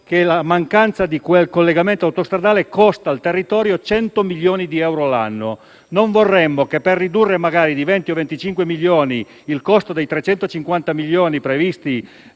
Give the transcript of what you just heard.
che la mancanza di quel collegamento autostradale costa al territorio 100 milioni di euro l'anno. Non vorremmo che, per ridurre magari di 20-25 milioni di euro il costo dei 350 milioni previsti